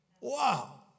Wow